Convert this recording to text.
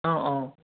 অঁ অঁ